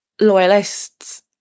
loyalists